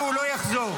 והוא לא חוזר.